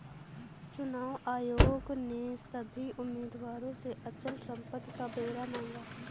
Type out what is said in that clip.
चुनाव आयोग ने सभी उम्मीदवारों से अचल संपत्ति का ब्यौरा मांगा